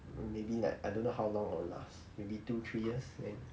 maybe like I don't know how long I will last maybe two three years then